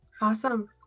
Awesome